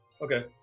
okay